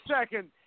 second